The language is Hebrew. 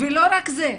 לא רק זה,